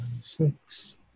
Six